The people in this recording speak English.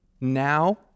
now